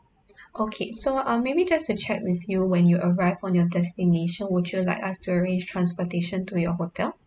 okay so uh maybe just to check with you when you arrive on your destination would you like us to arrange transportation to your hotel